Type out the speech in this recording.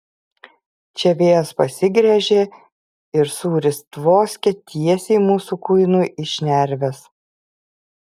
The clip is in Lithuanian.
čia vėjas pasigręžė ir sūris tvoskė tiesiai mūsų kuinui į šnerves